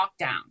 lockdown